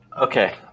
Okay